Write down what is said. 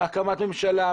הקמת ממשלה,